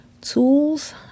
tools